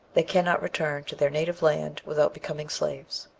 they cannot return to their native land without becoming slaves.